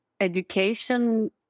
education